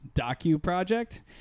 docu-project